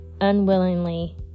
unwillingly